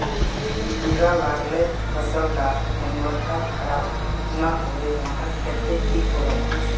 कीड़ा लगाले फसल डार गुणवत्ता खराब ना होबे वहार केते की करूम?